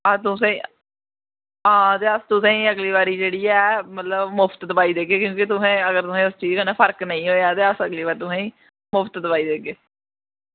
अस तुसें ई अस तुसेंगी अगली बारी जेह्ड़ी ऐ मुफ्त दोआई देगे अगर तुसें ई एह्दे कन्नै ना फर्क नेईं होया ते अस तुसेंगी मुफ्त दोआई देगे